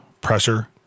pressure